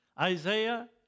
Isaiah